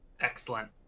Excellent